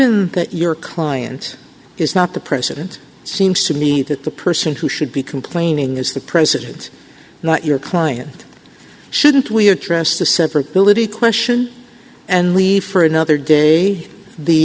that your client is not the president seems to me that the person who should be complaining is the president not your client shouldn't we address the separate realty question and leave for another day the